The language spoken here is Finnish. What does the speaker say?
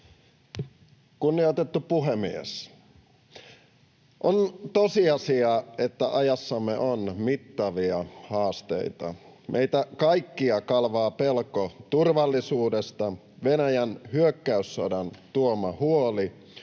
Kunnioitettu puhemies! On tosiasia, että ajassamme on mittavia haasteita. Meitä kaikkia kalvavat pelko turvallisuudesta, Venäjän hyökkäyssodan tuoma huoli